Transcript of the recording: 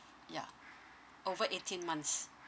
yeah over eighteen months